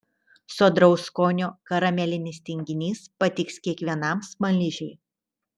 sodraus skonio karamelinis tinginys patiks kiekvienam smaližiui